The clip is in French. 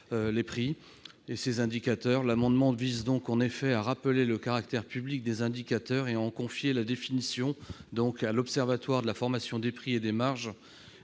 les prix, tout comme ces indicateurs. Le présent amendement vise donc à rappeler le caractère public des indicateurs et à en confier la définition à l'Observatoire de la formation des prix et des marges